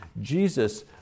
Jesus